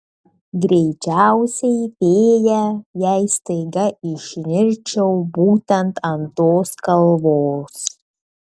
greičiausiai fėja jei staiga išnirčiau būtent ant tos kalvos